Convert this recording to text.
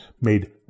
made